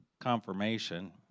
confirmation